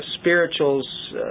spirituals